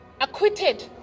acquitted